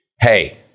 hey